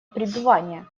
пребывания